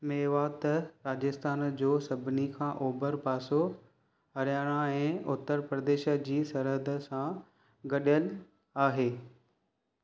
मेवातु राजस्थान जो सभिनी खां ओभर पासो हरियाणा ऐं उत्तर प्रदेश जी सरहद सां गॾियलु आहे